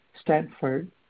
Stanford